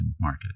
market